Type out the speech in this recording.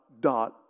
dot